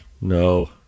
No